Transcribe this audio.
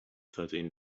thirteen